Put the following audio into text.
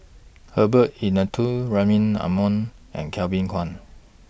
Herbert Eleuterio Rahim Omar and Kevin Kwan